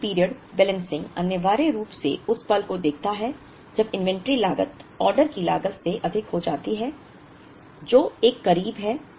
part period balancing अनिवार्य रूप से उस पल को देखता है जब इन्वेंट्री लागत ऑर्डर की लागत से अधिक हो जाती है जो एक करीब है